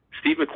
Steve